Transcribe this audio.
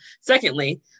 secondly